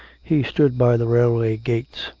he stood by the railway gates.